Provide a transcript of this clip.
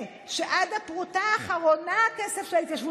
ויושב פה לידך חבר כנסת ולדימיר